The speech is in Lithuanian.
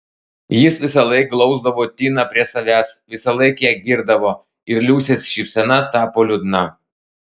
jis visąlaik glausdavo tiną prie savęs visąlaik ją girdavo ir liusės šypsena tapo liūdna